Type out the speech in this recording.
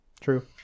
True